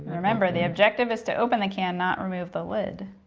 remember the objective is to open the can not remove the lid.